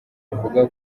ivuga